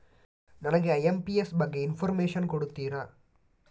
ನನಗೆ ಐ.ಎಂ.ಪಿ.ಎಸ್ ಬಗ್ಗೆ ಇನ್ಫೋರ್ಮೇಷನ್ ಕೊಡುತ್ತೀರಾ?